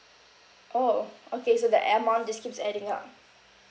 orh okay so the amount just keeps adding up